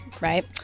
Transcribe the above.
right